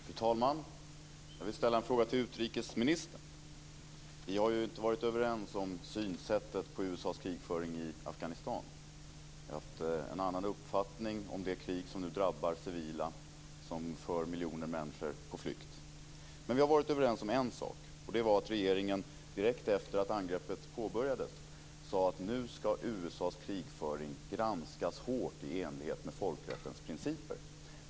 Fru talman! Jag vill ställa en fråga till utrikesministern. Vi har ju inte varit överens om synsättet när det gäller USA:s krigföring i Afghanistan. Jag har haft en annan uppfattning om det krig som nu drabbar civila och som för miljoner människor på flykt, men vi har varit överens om en sak, och det gäller det som regeringen sade direkt efter det att angreppet påbörjades. Man sade att USA:s krigföring nu ska granskas hårt i enlighet med folkrättens principer.